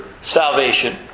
salvation